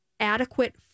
adequate